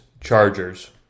Chargers